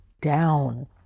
down